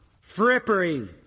frippery